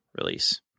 release